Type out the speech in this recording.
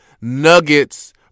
nuggets